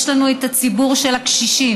יש לנו את הציבור של הקשישים,